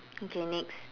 okay next